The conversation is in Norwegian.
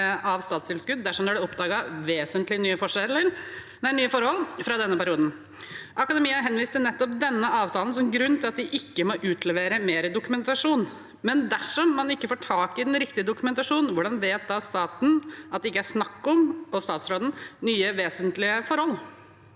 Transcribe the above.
av statstilskudd dersom det ble oppdaget vesentlige nye forhold fra denne perioden. Akademiet henviste nettopp til denne avtalen som grunn til at de ikke må utlevere mer dokumentasjon. Men dersom man ikke får tak i den riktige dokumentasjonen, hvordan vet da staten og statsråden at det ikke er snakk om nye vesentlige forhold?